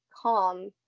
calm